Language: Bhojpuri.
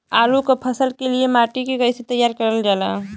आलू क फसल के लिए माटी के कैसे तैयार करल जाला?